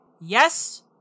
Yes